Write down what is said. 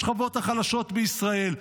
השכבות החלשות בישראל.